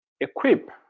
equip